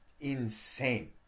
insane